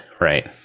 Right